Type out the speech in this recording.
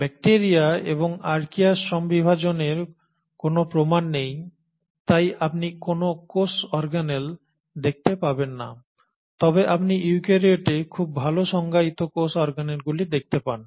bacteria এবং আর্চিয়ায় শ্রম বিভাজনের কোনও প্রমাণ নেই তাই আপনি কোনও কোষ অর্গানেল দেখতে পাবেন না তবে আপনি ইউক্যারিওটে খুব ভাল সংজ্ঞায়িত কোষ অর্গানেলগুলি দেখতে পান